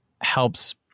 helps